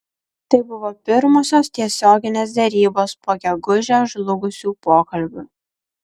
tai buvo pirmosios tiesioginės derybos po gegužę žlugusių pokalbių